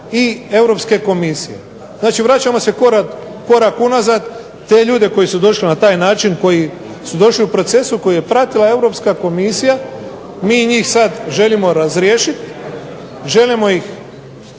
i Europske komisije. Znači, vraćamo se korak unazad, te ljude koji su došli na taj način, koji su došli u procesu koji je pratila Europska komisija mi njih sad želimo razriješiti, želimo ih maknuti